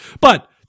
But-